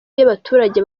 y’abaturage